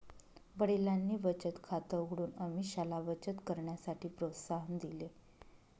वडिलांनी बचत खात उघडून अमीषाला बचत करण्यासाठी प्रोत्साहन दिले